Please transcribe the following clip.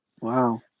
wow